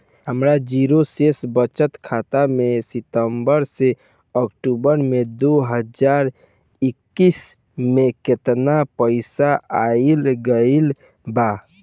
हमार जीरो शेष बचत खाता में सितंबर से अक्तूबर में दो हज़ार इक्कीस में केतना पइसा आइल गइल बा?